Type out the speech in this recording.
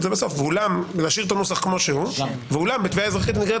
להשאיר את הנוסח כמו שהוא ולומר: "ואולם בתביעה נגררת